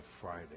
Friday